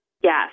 Yes